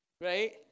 Right